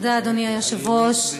אדוני היושב-ראש,